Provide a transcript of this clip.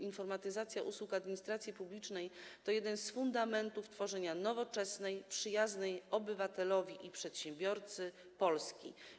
Informatyzacja usług administracji publicznej to jeden z fundamentów tworzenia nowoczesnej, przyjaznej obywatelowi i przedsiębiorcy Polski.